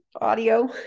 audio